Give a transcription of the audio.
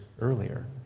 earlier